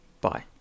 Bye